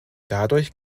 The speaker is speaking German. dadurch